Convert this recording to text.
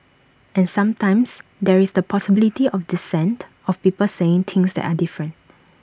and sometimes there is the possibility of dissent of people saying things that are different